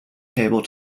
table